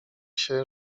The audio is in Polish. się